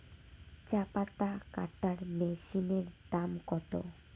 চাপাতা কাটর মেশিনের দাম কত?